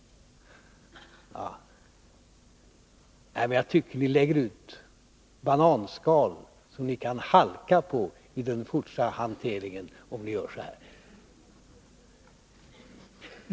Nej, men jag tycker att ni lägger ut bananskal som ni kan halka på i den fortsatta hanteringen om ni gör så här.